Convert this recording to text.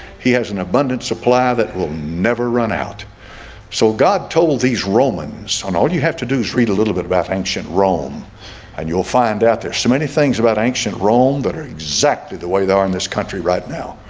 he has an abundant supply that will never run out so god told these romans on all you have to do is read a little bit about ancient rome and you'll find out there's so many things about ancient rome that are exactly the way they are in this country right now.